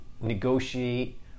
negotiate